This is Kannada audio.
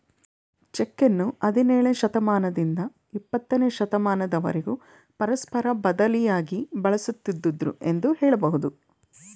ಚೆಕ್ಕನ್ನು ಹದಿನೇಳನೇ ಶತಮಾನದಿಂದ ಇಪ್ಪತ್ತನೇ ಶತಮಾನದವರೆಗೂ ಪರಸ್ಪರ ಬದಲಿಯಾಗಿ ಬಳಸುತ್ತಿದ್ದುದೃ ಎಂದು ಹೇಳಬಹುದು